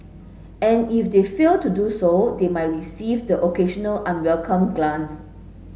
and if they fail to do so they might receive the occasional unwelcome glance